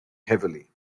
heavily